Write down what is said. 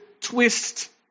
twist